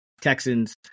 Texans